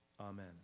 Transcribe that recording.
Amen